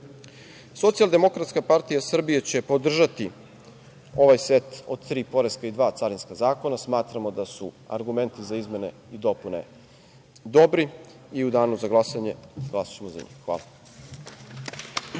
okolnosti. Socijaldemokratska partija Srbije će podržati ovaj set od tri poreska i dva carinska zakona, smatramo da su argumenti za izmene i dopune dobri i u danu za glasanje glasaćemo za njih. Hvala.